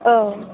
ए